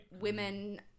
women